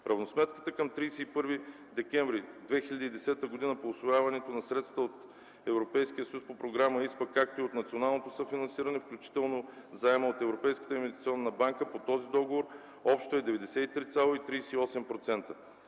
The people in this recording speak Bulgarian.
Равносметката към 31 декември 2010 г. по усвояването на средствата от Европейския съюз по програма ИСПА, както и от националното съфинансиране, включително заема от ЕИБ, по този договор общо е 93,38%.